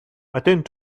attend